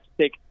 take